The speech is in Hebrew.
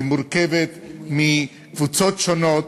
מורכבת מקבוצות שונות,